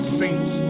saints